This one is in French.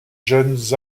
jeunes